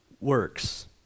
works